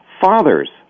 father's